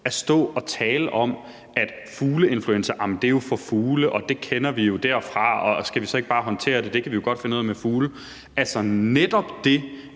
at stå og tale om, at fugleinfluenza er for fugle, og at vi kender det derfra, og om vi så ikke bare skal håndtere det, fordi vi jo godt kan finde ud af det med fugle. Altså, det